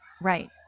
Right